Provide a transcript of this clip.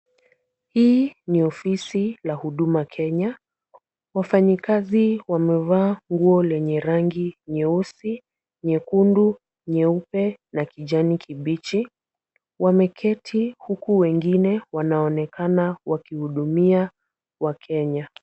Hii ni ofisi la Huduma Kenya. Wafanyikazi wamevaa nguo lenye rangi nyeusi, nyekundu, nyeupe na kijani kibichi. Wameketi huku wengine wanaonekana wakihudumia wakenya.